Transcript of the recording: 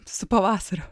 su pavasariu